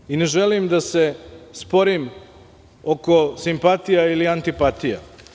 Neću i ne želim da se sporim oko simpatija ili antipatija.